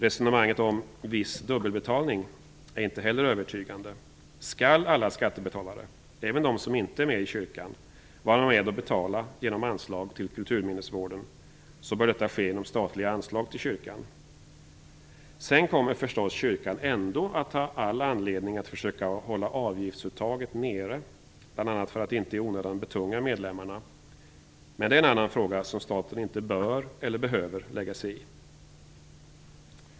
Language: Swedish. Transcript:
Resonemanget om "viss dubbelbetalning" är inte heller övertygande. Om alla skattebetalare, även de som inte är med i kyrkan, skall vara med och betala genom anslag till kulturminnesvården, bör detta ske genom statliga anslag till yrkan. Sedan kommer kyrkan ändå att ha all anledning att försöka hålla avgiftsuttaget nere, bl.a. för att inte i onödan betunga medlemmarna. Men det är en annan fråga som staten inte bör eller behöver lägga sig i.